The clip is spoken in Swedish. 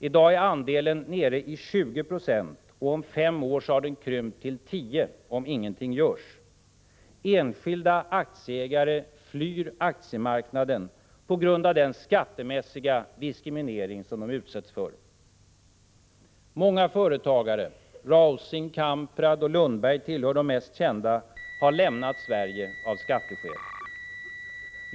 I dag är deras andel nere i 20 26 och om fem år har den krympt till 10 20 om ingenting görs. Enskilda aktieägare lämnar marknaden på grund av den skattemässiga diskriminering de utsätts för. Många företagare — Rausing, Kamprad och Lundberg tillhör de mest kända — har lämnat Sverige av skatteskäl.